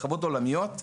בחברות עולמיות,